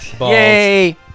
Yay